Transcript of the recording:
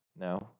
no